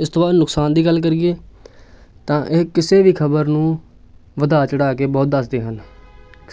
ਇਸ ਤੋਂ ਬਾਅਦ ਨੁਕਸਾਨ ਦੀ ਗੱਲ ਕਰੀਏ ਤਾਂ ਇਹ ਕਿਸੇ ਵੀ ਖਬਰ ਨੂੰ ਵਧਾ ਚੜ੍ਹਾ ਕੇ ਬਹੁਤ ਦੱਸਦੇ ਹਨ